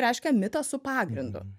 reiškia mitas su pagrindu